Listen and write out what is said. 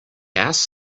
ass